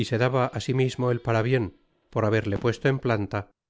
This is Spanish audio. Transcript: y se daba á si mismo el parabien'por haberle puesto en ptanta